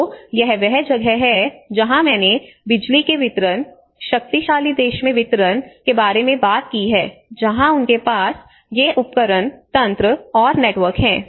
तो यह वह जगह है जहां मैंने बिजली के वितरण शक्तिशाली देश में वितरण के बारे में बात की है जहां उनके पास ये उपकरण तंत्र और नेटवर्क हैं